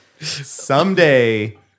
Someday